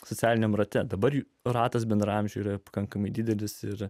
socialiniam rate dabar ratas bendraamžių yra pakankamai didelis ir